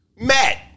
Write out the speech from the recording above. Matt